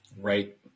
Right